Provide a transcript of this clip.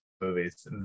movies